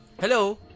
Hello